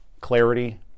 clarity